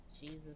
Jesus